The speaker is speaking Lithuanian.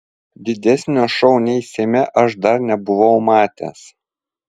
didesnio šou nei seime aš dar nebuvau matęs